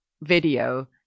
video